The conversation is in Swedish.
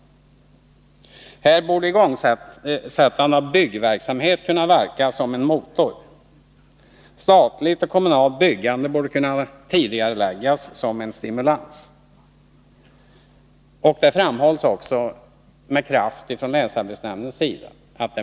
Här borde igångsättande av byggverksamhet kunna verka som motor. Statligt och kommunalt byggande borde kunna tidigareläggas som en stimulans. Det framhålls också med kraft av länsarbetsnämnden.